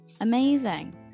Amazing